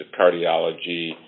cardiology